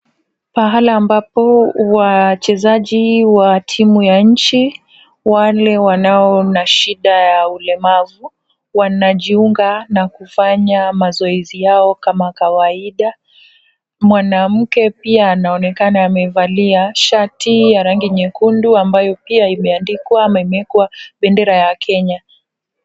Pahali ambapo wachezaji wa timu ya nchi wale wanao na shida ya ulemavu wanajiunga na kufanya mazoezi yao kama kawaida. Mwanamke pia anaonekana amevalia shati ya rangi nyekundu ambayo pia imeandikwa au imewekwa bendera ya Kenya.